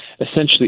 essentially